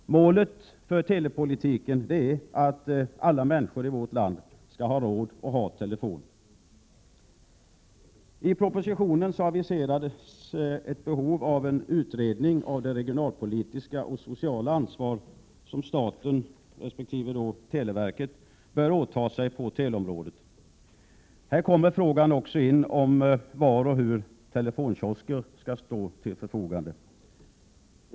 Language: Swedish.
Målet för telepolitiken är att alla människor i vårt land skall ha råd att ha telefon. I propositionen aviserades behovet av en utredning av det regionalpolitiska och sociala ansvar som staten resp. televerket bör åta sig på teleområdet. Här kommer frågan också in om var och hur telefonkiosker skall stå till förfogande.